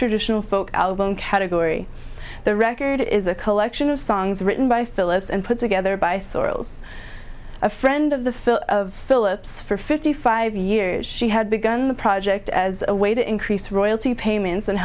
traditional folk album category the record is a collection of songs written by phillips and put together by sorrels a friend of the phil of phillips for fifty five years she had begun the project as a way to increase royalty payments and